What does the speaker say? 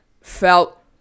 felt